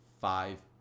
five